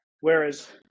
Whereas